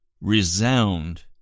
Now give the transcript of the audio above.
resound